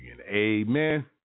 Amen